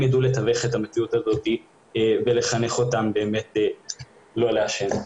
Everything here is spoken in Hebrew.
הם ידעו לתווך את המציאות הזאת ולחנך אותם באמת לא לעשן.